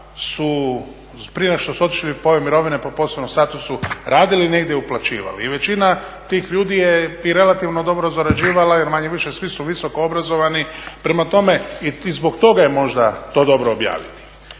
su prije nego što su otišli u … mirovine po posebnom statusu radili negdje, uplaćivali i većina tih ljudi je i relativno dobro zarađivala jer manje-više svi su visoko obrazovani, prema tome i zbog toga je možda to dobro objaviti.